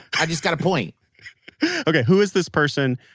i just got a point okay. who is this person?